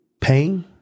pain